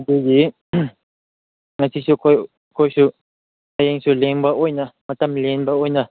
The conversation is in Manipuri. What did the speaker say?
ꯑꯗꯨꯒꯤ ꯉꯁꯤꯁꯨ ꯑꯩꯈꯣꯏꯁꯨ ꯍꯌꯦꯡꯁꯨ ꯂꯦꯟꯕ ꯑꯣꯏꯅ ꯃꯇꯝ ꯂꯦꯟꯕ ꯑꯣꯏꯅ